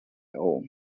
all